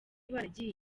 baragiye